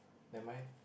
am I